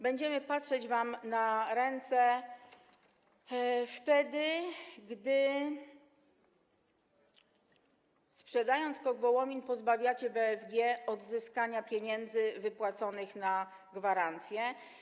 Będziemy patrzeć wam na ręce wtedy, gdy sprzedając SKOK Wołomin, pozbawicie BFG możliwości odzyskania pieniędzy wypłaconych na gwarancje.